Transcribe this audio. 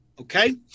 Okay